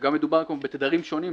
וגם מדובר בתדרים שונים,